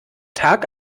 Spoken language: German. tag